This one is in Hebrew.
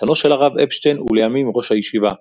חתנו של הרב אפשטיין ולימים ראש הישיבה,